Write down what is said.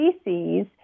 species